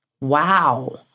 Wow